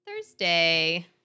Thursday